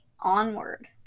Onward